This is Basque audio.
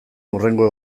hurrengo